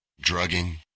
drugging